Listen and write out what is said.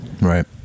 right